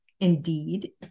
indeed